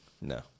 No